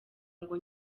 ngo